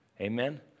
Amen